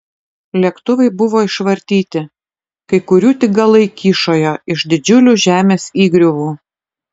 lėktuvai buvo išvartyti kai kurių tik galai kyšojo iš didžiulių žemės įgriuvų